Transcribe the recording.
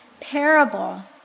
parable